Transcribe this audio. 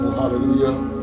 hallelujah